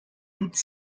toute